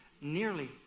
nearly